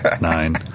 nine